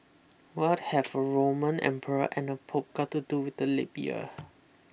what have a Roman emperor and a Pope got to do with the leap year